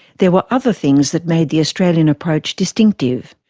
there were other things that made the australian approach distinctive.